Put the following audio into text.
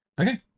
Okay